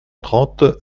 trente